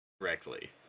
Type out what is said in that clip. correctly